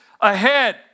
ahead